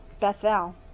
Bethel